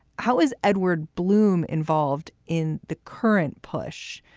how is edward blum involved in the current push?